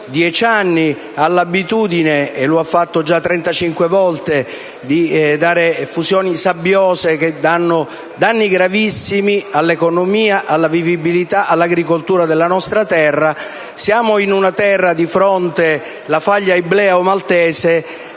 dieci anni, ha l'abitudine - e lo ha fatto già 35 volte - di dare origine a effusioni sabbiose che provocano danni gravissimi all'economia, alla vivibilità e all'agricoltura della nostra terra. Siamo in una terra, di fronte alla faglia ibleo-maltese,